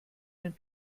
den